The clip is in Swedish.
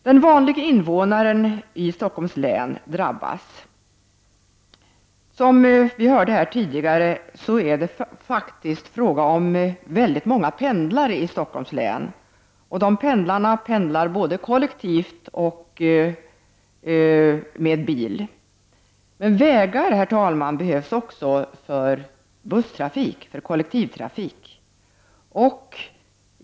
Den vanlige invånaren i Stockholms län drabbas. Som vi har hört tidigare i debatten finns det faktiskt väldigt många pendlare i Stockholms län, och de pendlarna pendlar både kollektivt och med bil. Men vägar, herr talman, behövs också för busstrafik, för kollektivtrafik.